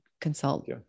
consult